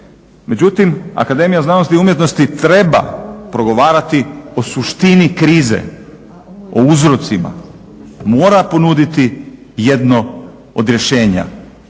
Međutim, akademija znanosti i umjetnosti treba progovarati o suštini krize, o uzrocima, mora ponuditi jedno od rješenja.